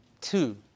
two